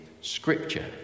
Scripture